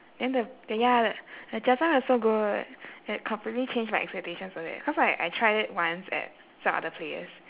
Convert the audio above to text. then the the ya the 炸酱面 was so good it completely changed my expectations of it cause like I tried it once at some other place